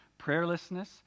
prayerlessness